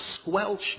squelch